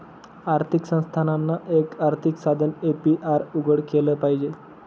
आर्थिक संस्थानांना, एक आर्थिक साधन ए.पी.आर उघडं केलं पाहिजे